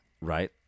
Right